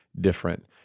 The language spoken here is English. different